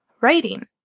writing